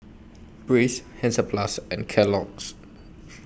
Breeze Hansaplast and Kellogg's